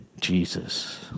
Jesus